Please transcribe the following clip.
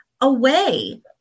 away